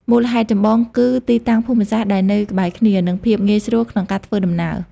មូលហេតុចម្បងគឺទីតាំងភូមិសាស្ត្រដែលនៅក្បែរគ្នា និងភាពងាយស្រួលក្នុងការធ្វើដំណើរ។